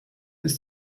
ist